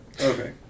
Okay